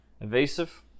Invasive